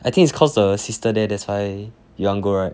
I think is cause the sister there that's why you want go right